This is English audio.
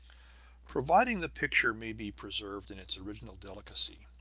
providing the picture may be preserved in its original delicacy,